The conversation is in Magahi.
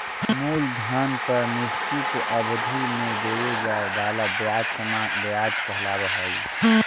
मूलधन पर निश्चित अवधि में देवे जाए वाला ब्याज सामान्य व्याज कहलावऽ हई